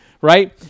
right